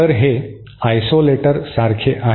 तर हे आयसोलेटर सारखे आहे